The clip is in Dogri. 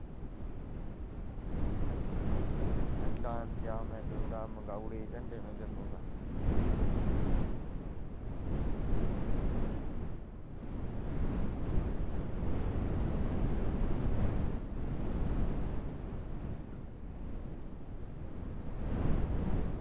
हून डांस में करी ओड़दा मंगाई ओड़दे झंडे में जम्मू दा